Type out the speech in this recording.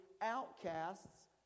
outcasts